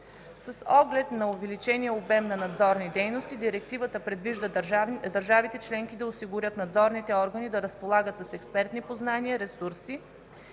С оглед на увеличения обем на надзорни дейности директивата предвижда държавите членки да осигурят надзорните органи да разполагат с експертни познания, ресурси,